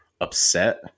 upset